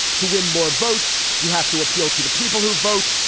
to win more votes. you have to appeal to the people who vote.